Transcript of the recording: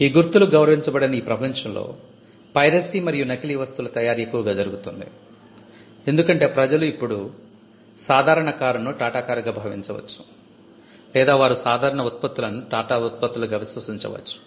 ఈ గుర్తు లు గౌరవించబడని ఈ ప్రపంచంలో పైరసీ మరియు నకిలీ వస్తువుల తయారి ఎక్కువగా జరుగుతుంది ఎందుకంటే ప్రజలు ఇప్పుడు సాదారణ కారును టాటా కార్ గా భావించవచ్చు లేదా వారు సాదారణ ఉత్పత్తులను టాటా ఉత్పత్తులుగా విస్వసించవచ్చు